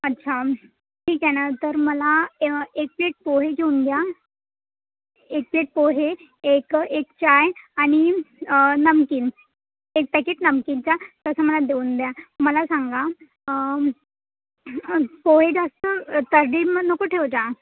अच्छा ठीक आहे ना तर मला एक प्लेट पोहे घेऊन द्या एक प्लेट पोहे एक एक चहा आणि नमकीन एक पॅकिट नमकिनचा तसं मला देऊन द्या मला सांगा पोहे जास्त तर्रीम नको ठेवजा